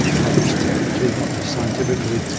not just technically, not just scientifically,